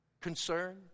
concern